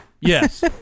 Yes